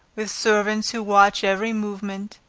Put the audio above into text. with servants who watch every movement,